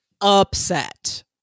upset